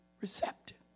receptive